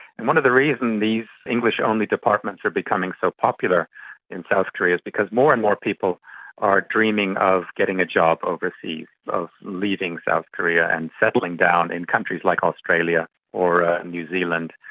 and one of the reasons these english-only departments are becoming so popular in south korea is because more and more people are dreaming of getting a job overseas, of leaving south korea and settling down in countries like australia or ah new zealand.